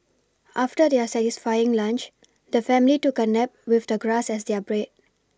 after their satisfying lunch the family took a nap with the grass as their brad